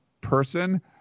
person